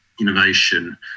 innovation